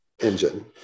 engine